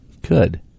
Good